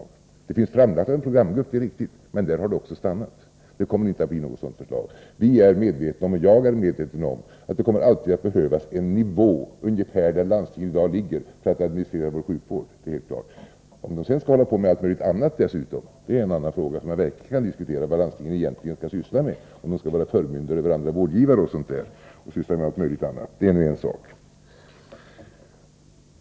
Det är dock riktigt att att ett sådant har framlagts av en programgrupp. Men därvid har det också stannat. Något förslag i nämnd riktning kommer inte att aktualiseras. Vi är medvetna om — även jag — att det alltid kommer att behövas organ ungefärligen motsvarande de nuvarande landstingen för administrationen av vår sjukvård. Det är helt klart. Om landstingen därutöver skall hålla på med allt möjligt annat är en annan fråga. Man kan verkligen diskutera vad landstingen egentligen skall syssla med, om de skall vara förmyndare för andra vårdgivare etc. Det är som sagt en annan sak.